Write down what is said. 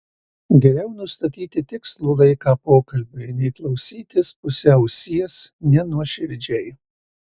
geriau nustatyti tikslų laiką pokalbiui nei klausytis puse ausies nenuoširdžiai